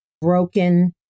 broken